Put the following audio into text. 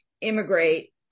immigrate